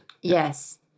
Yes